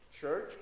church